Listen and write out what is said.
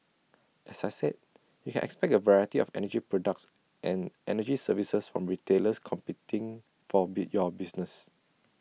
as I said you can expect A variety of energy products and energy services from retailers competing for your business